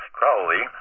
Crowley